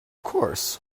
course